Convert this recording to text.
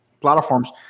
platforms